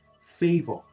favor